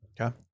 Okay